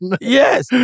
Yes